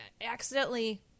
accidentally